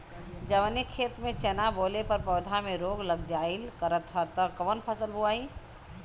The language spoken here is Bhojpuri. जवने खेत में चना बोअले पर पौधा में रोग लग जाईल करत ह त कवन फसल बोआई?